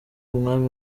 umwami